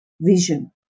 vision